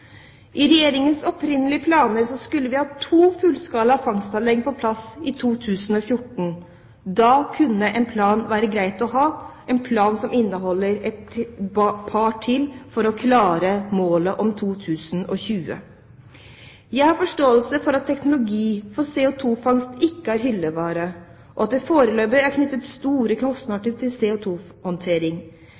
I Regjeringens opprinnelige planer skulle vi ha to fullskala fangstanlegg på plass i 2014. Da kunne en plan være greit å ha – en plan som inneholder et par til for å klare målet for 2020. Jeg har forståelse for at teknologi for CO2-fangst ikke er hyllevare, og at det foreløpig er knyttet store kostnader til